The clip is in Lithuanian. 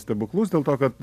stebuklus dėl to kad